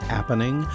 Happening